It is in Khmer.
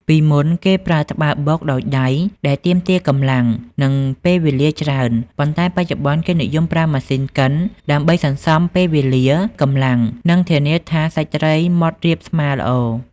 ពីមុនគេប្រើត្បាល់បុកដោយដៃ ដែលទាមទារកម្លាំង និងពេលវេលាច្រើន ប៉ុន្តែបច្ចុប្បន្នគេនិយមប្រើម៉ាស៊ីនកិនដើម្បីសន្សំពេលវេលា កម្លាំង និងធានាថាសាច់ត្រីម៉ដ្ឋរាបស្មើល្អ។